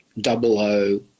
double-O